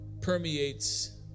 permeates